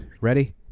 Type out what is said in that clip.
Ready